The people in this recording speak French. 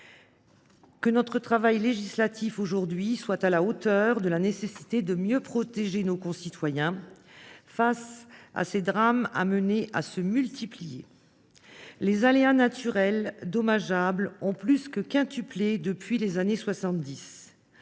Que notre travail législatif aujourd’hui soit à la hauteur de la nécessité de mieux protéger nos concitoyens face à ces drames appelés à se multiplier. Les aléas naturels dommageables ont plus que quintuplé depuis les années 1970.